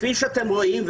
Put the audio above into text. כפי שאתם רואים,